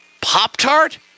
Pop-Tart